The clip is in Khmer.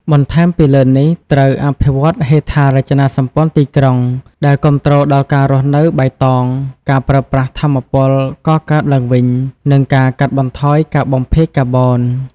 បន្ថែមពីលើនេះត្រូវអភិវឌ្ឍន៍ហេដ្ឋារចនាសម្ព័ន្ធទីក្រុងដែលគាំទ្រដល់ការរស់នៅបៃតង ការប្រើប្រាស់ថាមពលកកើតឡើងវិញ និងការកាត់បន្ថយការបំភាយកាបូន។